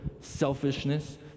selfishness